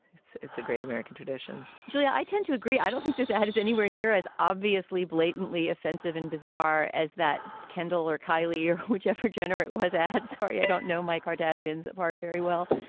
it's it's a great american tradition julia. i tend to agree. i don't think this ad is anywhere near as obviously blatantly offensive and bizarre as that kendall or kylie or whichever gender it was at scarry. i don't know. mike audition's part very well.